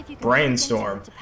brainstorm